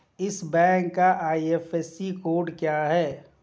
इस बैंक का IFSC code क्या है?